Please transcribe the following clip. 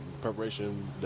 preparation